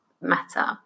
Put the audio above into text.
matter